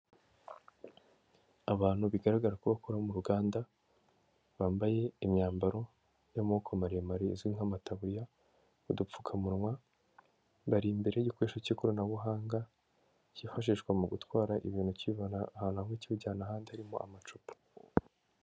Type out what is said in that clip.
Abantu bigaragara ko bakora mu ruganda, bambaye imyambaro y'amoboko maremare izwi nk'amataburiya, n'udupfukamunwa, bari imbere y'igikoresho cy'ikoranabuhanga, cyifashishwa mu gutwara ibintu, kibivana ahantu kibijyana ahandi, harimo amacupa.